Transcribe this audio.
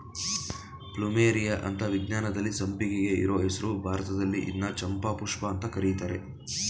plumeria ಅಂತ ವಿಜ್ಞಾನದಲ್ಲಿ ಸಂಪಿಗೆಗೆ ಇರೋ ಹೆಸ್ರು ಭಾರತದಲ್ಲಿ ಇದ್ನ ಚಂಪಾಪುಷ್ಪ ಅಂತ ಕರೀತರೆ